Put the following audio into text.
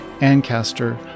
Ancaster